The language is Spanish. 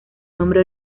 nombre